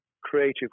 creative